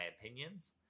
opinions